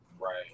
right